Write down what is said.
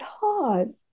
God